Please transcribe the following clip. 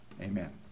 Amen